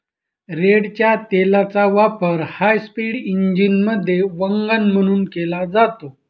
रेडच्या तेलाचा वापर हायस्पीड इंजिनमध्ये वंगण म्हणून केला जातो